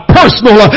personal